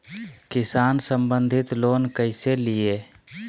किसान संबंधित लोन कैसै लिये?